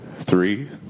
Three